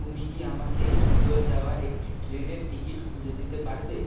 তুমি কি আমাকে ইন্দোর যাওয়ার একটি ট্রেনের টিকিট খুঁজে দিতে পারবে